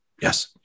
Yes